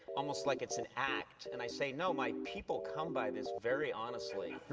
almost like it's an act. and i say, no, my people come by this very honestly.